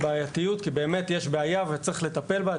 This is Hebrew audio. באמת יש בעיה וצריך לטפל בה,